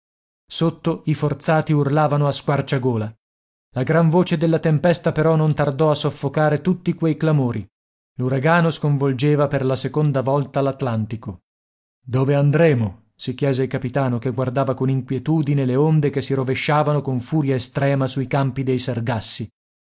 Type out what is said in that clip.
sotto i forzati urlavano a squarciagola la gran voce della tempesta però non tardò a soffocare tutti quei clamori l'uragano sconvolgeva per la seconda volta l'atlantico dove andremo si chiese il capitano che guardava con inquietudine le onde che si rovesciavano con furia estrema sui campi dei sargassi